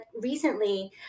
recently